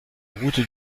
route